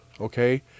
okay